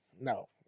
no